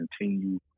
continue